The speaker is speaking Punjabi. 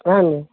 ਹਾਂਜੀ